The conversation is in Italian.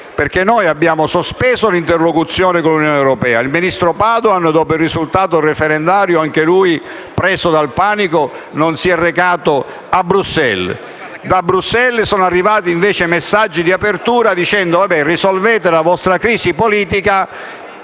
infatti sospeso l'interlocuzione con l'Unione europea; il ministro Padoan, dopo il risultato referendario, anche lui preso dal panico, non si è recato a Bruxelles. Da Bruxelles sono arrivati invece messaggi di apertura che ci invitano a risolvere la nostra crisi politica,